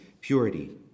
purity